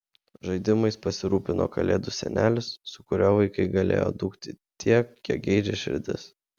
žaidimais pasirūpino kalėdų senelis su kuriuo vaikai galėjo dūkti tiek kiek geidžia širdis